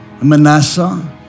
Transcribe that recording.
Manasseh